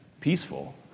peaceful